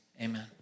amen